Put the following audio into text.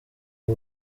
ubu